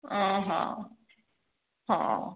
ଓଃ ହଉ